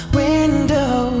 window